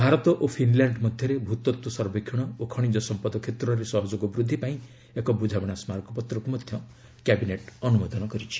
ଭାରତ ଓ ଫିନ୍ଲ୍ୟାଣ୍ଡ ମଧ୍ୟରେ ଭୂତତ୍ୱ ସର୍ବେକ୍ଷଣ ଓ ଖଶିଜ ସମ୍ପଦ କ୍ଷେତ୍ରରେ ସହଯୋଗ ବୃଦ୍ଧି ପାଇଁ ଏକ ବୁଝାମଣା ସ୍କାରକପତ୍ରକୁ କ୍ୟାବିନେଟ୍ ଅନୁମୋଦନ କରିଛି